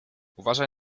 uważaj